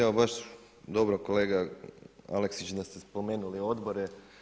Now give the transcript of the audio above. Evo baš dobro kolega Aleksić da ste spomenuli odbore.